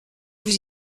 vous